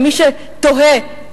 למי שתוהה,